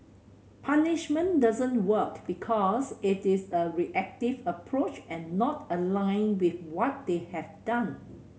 punishment doesn't work because it is a reactive approach and not aligned with what they have done